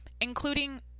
Including